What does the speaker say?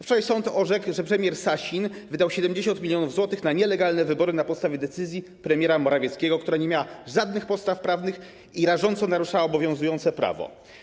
Wczoraj sąd orzekł, że premier Sasin wydał 70 mln zł na nielegalne wybory na podstawie decyzji premiera Morawieckiego, która nie miała żadnych podstaw prawnych i rażąco naruszała obowiązujące prawo.